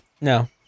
No